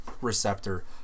receptor